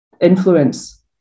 influence